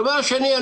דבר שני,